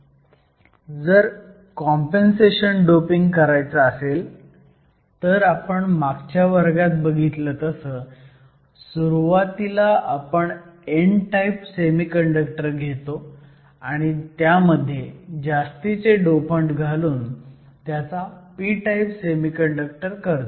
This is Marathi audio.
जर कॉम्पेनसेशन डोपिंग करायचं असेल तर आपण मागच्या वर्गात बघितलं तसं सुरुवातीला आपण n टाईप सेमीकंडक्टर घेतो आणि त्यामध्ये जास्तीचे डोपंट घालून त्याचा p टाईप सेमीकंडक्टर करतो